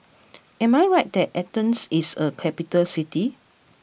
am I right that Athens is a capital city